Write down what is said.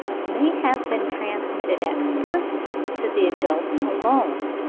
may have been transmitted at first to the adults alone,